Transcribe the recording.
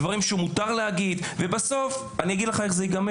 זה גם יילך אחר כך לדברים שמותר להגיד ובסוף אני אגיד לך איך זה ייגמר,